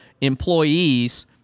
employees